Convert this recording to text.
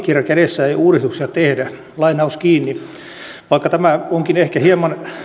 lakikirja kädessä ei uudistuksia tehdä vaikka tämä onkin ehkä hieman